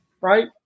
Right